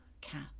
cat